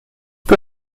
peu